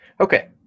okay